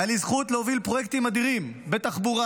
הייתה לי זכות להוביל פרויקטים אדירים בתחבורה,